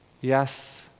yes